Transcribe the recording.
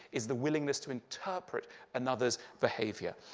is the willingness to interpret another's behavior.